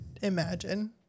imagine